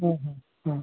हां हां हां हां